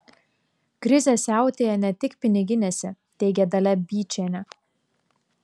krizė siautėja ne tik piniginėse teigia dalia byčienė